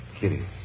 Kitty